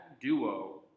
duo